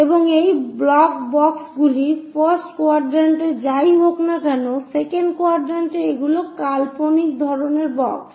এবং এই ব্লক বক্সগুলি ফার্স্ট কোয়াড্র্যান্টে যাই হোক না কেন সেকেন্ড কোয়াড্র্যান্টে এগুলি কাল্পনিক ধরণের বক্স